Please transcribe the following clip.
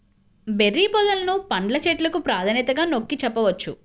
berry పొదలను పండ్ల చెట్లకు ప్రాధాన్యతగా నొక్కి చెప్పవచ్చు